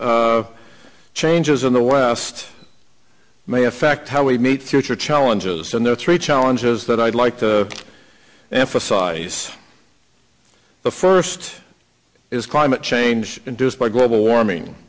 changes in the last may affect how we meet future challenges and there are three challenges that i'd like to emphasize the first is climate change induced by global warming